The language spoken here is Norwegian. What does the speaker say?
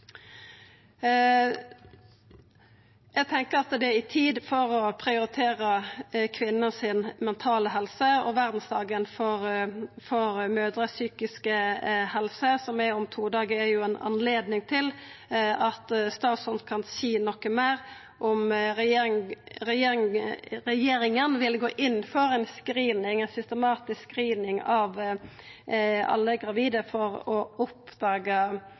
Eg tenkjer at det er tid for å prioritera kvinner si mentale helse, og verdsdagen for mødrers psykiske helse, som er om to dagar, er ei anledning til at statsråden kan seia noko meir om regjeringa vil gå inn for ei systematisk screening av alle gravide for å